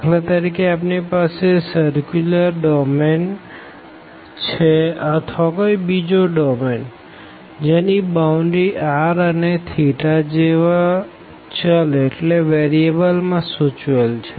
દાખલા તરીકે આપણી પાસે સર્ક્યુલર ડોમેન છે અથવા કોઈ બીજો ડોમેન જેની બાઉન્ડરી r અને જેવા ચલ માં સૂચવેલ છે